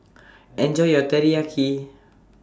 Enjoy your Teriyaki